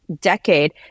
decade